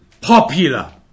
popular